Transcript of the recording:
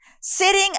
sitting